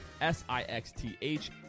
S-I-X-T-H